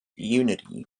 unity